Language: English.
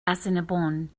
assiniboine